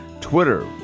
Twitter